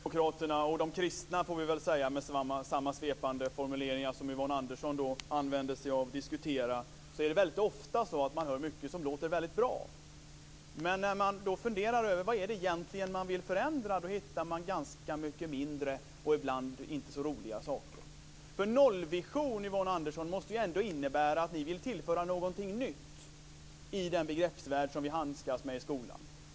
Herr talman! När man hör kristdemokraterna - och de kristna, får jag väl säga, med samma svepande formulering som Yvonne Andersson använder sig av - diskutera är det ofta mycket som låter väldigt bra. Men när man funderar över vad det egentligen är de vill förändra hittar man ganska mycket mindre och ibland inte så roliga saker. Nollvision måste ändå innebära att ni vill tillföra någonting nytt i den begreppsvärld som vi handskas med i skolan.